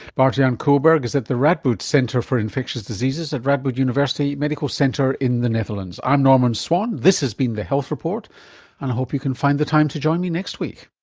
bart-jan kullberg is at the radboud centre for infectious diseases at radboud university medical centre in the netherlands. i'm norman swan, this has been the health report, and i hope you can find the time to join me next week